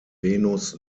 venus